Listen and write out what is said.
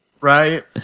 Right